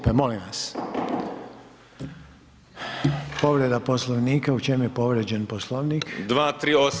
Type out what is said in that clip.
Povreda Poslovnika, u čemu je povrijeđen Poslovnik?